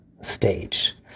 stage